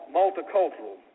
multicultural